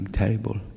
terrible